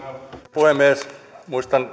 puhemies muistan